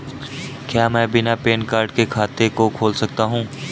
क्या मैं बिना पैन कार्ड के खाते को खोल सकता हूँ?